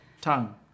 tongue